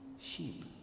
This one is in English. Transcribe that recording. sheep